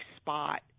spot